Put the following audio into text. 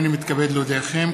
הינני מתכבד להודיעכם,